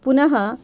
पुनः